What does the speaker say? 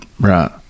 Right